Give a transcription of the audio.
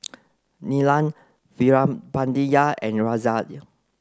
Neelam Veerapandiya and Razia